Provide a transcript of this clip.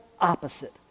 opposite